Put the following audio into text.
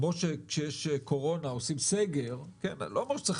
כמו שכשיש קורונה עושים סגר אני לא אומר שצריך